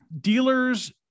Dealers